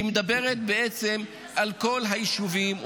והיא מדברת בעצם על כל היישובים,